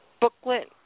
booklet